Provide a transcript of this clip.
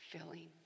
filling